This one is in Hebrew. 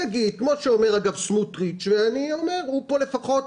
יגידו - כמו שאומר סמוטריץ' שהוא לפחות